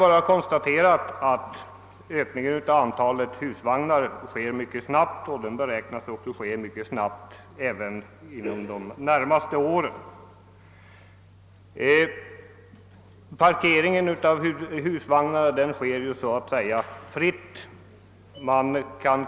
Antalet husvagnar har ökat mycket snabbt, och så beräknas även bli fallet under de närmaste åren. Parkeringen av husvagnar sker så att säga fritt.